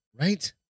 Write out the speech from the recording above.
Right